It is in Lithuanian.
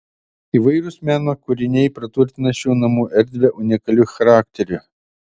įvairūs meno kūriniai praturtina šių namų erdvę unikaliu charakteriu